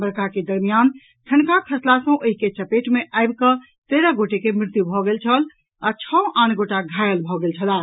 वर्षा के दरमियान ठनका खसला सॅ ओहि के चपेट मे आबिकऽ तेरह गोटे के मृत्यु भऽ गेल छल आ छओ आन गोटा घायल भऽ गेल छलाह